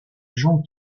gens